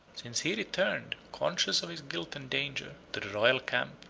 since he returned, conscious of his guilt and danger, to the royal camp,